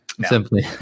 simply